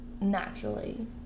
naturally